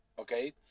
okay